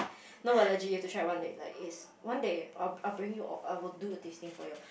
no but legit you have to try it one day like it's one day I will I will bring you all~ I will do a tasting for you